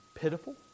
pitiful